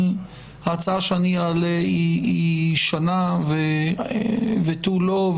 ההצעה שאני אעלה היא שנה ותו לא.